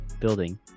building